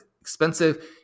expensive